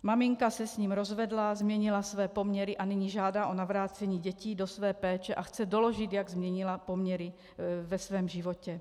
Maminka se s ním rozvedla, změnila své poměry a nyní žádá o navrácení dětí do své péče a chce doložit, jak změnila poměry ve svém životě.